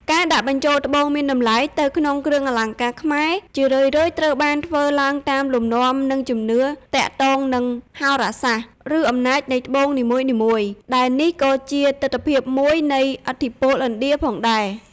ការដាក់បញ្ចូលត្បូងមានតម្លៃទៅក្នុងគ្រឿងអលង្ការខ្មែរ ជារឿយៗត្រូវបានធ្វើឡើងតាមលំនាំ និងជំនឿទាក់ទងនឹងហោរាសាស្ត្រ ឬអំណាចនៃត្បូងនីមួយៗ ដែលនេះក៏ជាទិដ្ឋភាពមួយនៃឥទ្ធិពលឥណ្ឌាផងដែរ។